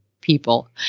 people